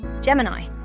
Gemini